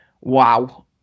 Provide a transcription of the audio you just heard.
Wow